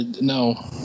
no